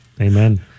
Amen